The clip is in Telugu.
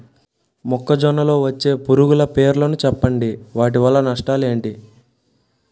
మొక్కజొన్న లో వచ్చే పురుగుల పేర్లను చెప్పండి? వాటి వల్ల నష్టాలు ఎంటి?